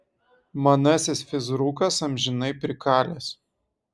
manasis fizrukas amžinai prikalęs